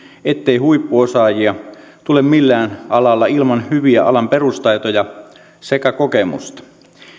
ettei huippuosaajia tulee millään alalla ilman hyviä alan perustaitoja sekä kokemusta